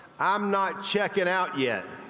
i'm not checking out yet.